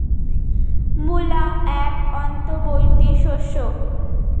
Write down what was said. মূলা এক অন্তবর্তী শস্য